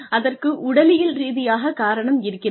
அதற்கு உடலியல் ரீதியாகக் காரணம் இருக்கிறது